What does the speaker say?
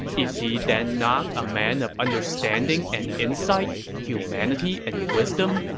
is he then not a man of understanding and insight, humanity and wisdom,